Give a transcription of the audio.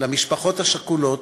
למשפחות השכולות,